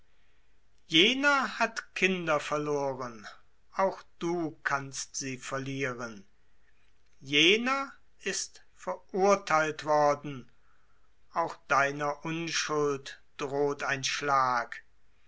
jener hat kinder verloren auch du kannst sie verlieren jener ist verurtheilt worden auch deiner unschuld droht ein schlag